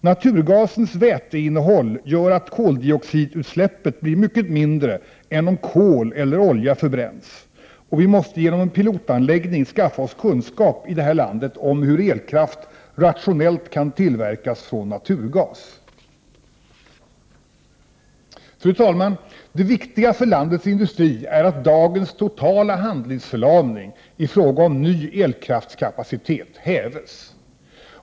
Naturgasens väteinnehåll gör att koldioxidutsläppet blir mycket mindre än om kol eller olja förbränns, och vi måste genom en pilotanläggning skaffa oss kunskap i det här landet om hur elkraft rationellt kan tillverkas från naturgas. Fru talman! Det viktigaste för landets industri är att dagens totala handlingsförlamning i fråga om ny elkraftskapacitet hävs.